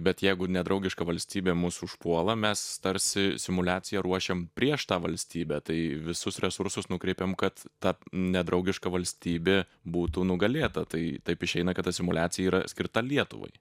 bet jeigu nedraugiška valstybė mus užpuola mes tarsi simuliaciją ruošiam prieš tą valstybę tai visus resursus nukreipiam kad ta nedraugiška valstybė būtų nugalėta tai taip išeina kad ta simuliacija yra skirta lietuvai